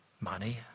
Money